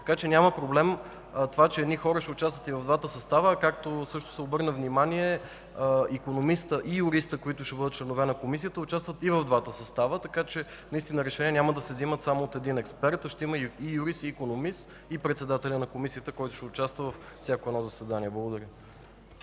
Няма проблем, че едни хора ще участват и в двата състава. Както се обърна внимание, икономистът и юристът, които ще бъдат членове на Комисията, участват и в двата състава. Решения няма да се вземат само от един експерт. Ще има юрист и икономист, както и председател на Комисията, който ще участва във всяко заседание. Благодаря.